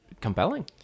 compelling